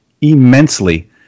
immensely